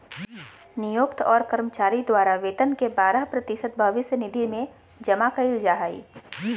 नियोक्त और कर्मचारी द्वारा वेतन के बारह प्रतिशत भविष्य निधि में जमा कइल जा हइ